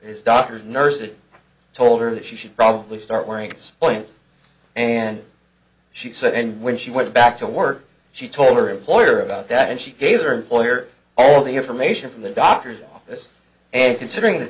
his doctors nurses told her that she should probably start wearing these points and she said and when she went back to work she told her employer about that and she gave her employer all the information from the doctor's office and considering the